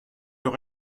leur